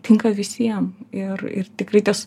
tinka visiem ir ir tikrai tas